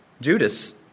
Judas